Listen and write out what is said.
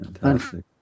Fantastic